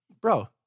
bro